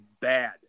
bad